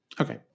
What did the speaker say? Okay